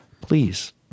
please